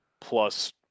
plus